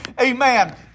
Amen